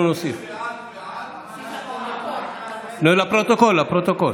אנחנו מוסיפים לפרוטוקול.